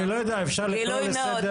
גילוי נאות.